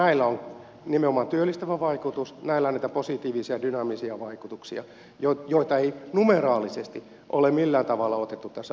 näillä on nimenomaan työllistävä vaikutus näillä on niitä positiivisia dynaamisia vaikutuksia joita ei numeraalisesti ole millään tavalla otettu tässä paperissa huomioon